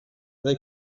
they